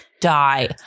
die